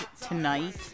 tonight